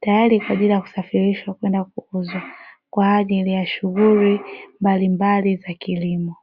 tayari kwa ajili ya kusafirishwa kwenda kuuzwa kwa ajili ya shughuli mbalimbali za kilimo.